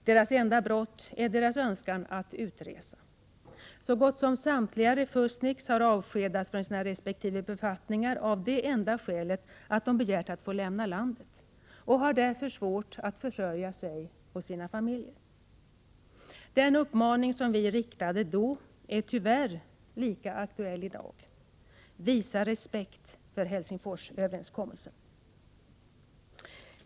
Deras enda brott är deras önskan att utresa. Så gott som samtliga refusniks har avskedats från sina resp. befattningar av det enda skälet att de begärt att få lämna landet, och de har därför svårt att försörja sig och sina familjer. Den uppmaning som vi riktade då är tyvärr lika aktuell i dag: Visa respekt för Helsingforsöverenskommelsen!